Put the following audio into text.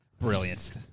Brilliant